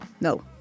no